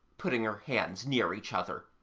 putting her hands near each other.